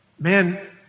man